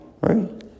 right